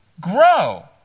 grow